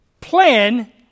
plan